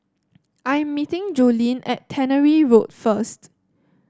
I am meeting Joleen at Tannery Road first